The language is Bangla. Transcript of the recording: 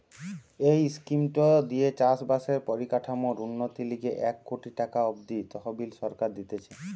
এই স্কিমটো দিয়ে চাষ বাসের পরিকাঠামোর উন্নতির লিগে এক কোটি টাকা অব্দি তহবিল সরকার দিতেছে